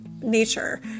nature